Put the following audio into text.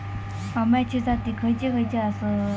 अम्याचे जाती खयचे खयचे आसत?